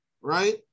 right